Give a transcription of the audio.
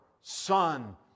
Son